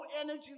energy